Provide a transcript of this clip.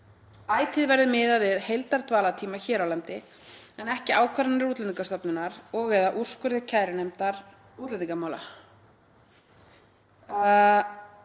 ætíð verði miðað við heildardvalartíma hér á landi en ekki ákvarðanir Útlendingastofnunar og/eða úrskurði kærunefndar útlendingamála. C-liður 8.